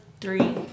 three